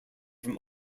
from